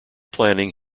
planning